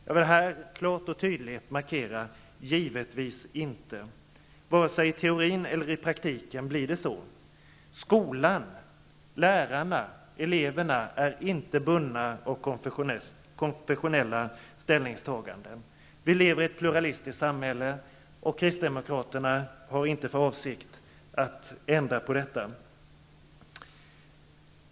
Jag vill här klart och tydligt markera att det givetvis inte är så. Varken i teorin eller praktiken blir det så. Skolan, lärarna och eleverna är inte bundna av konfessionella ställningstaganden. Vi lever i ett pluralistiskt samhälle, och Kristdemokraterna har inte för avsikt att ändra på detta.